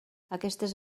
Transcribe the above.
aquestes